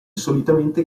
solitamente